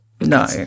no